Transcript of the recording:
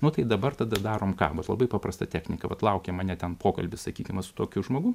nu tai dabar tada darom ką vat labai paprasta technika vat laukiam ane ten pokalbis sakykim va su tokiu žmogum